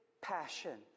passion